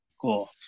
Cool